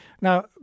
Now